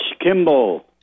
Kimball